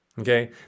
okay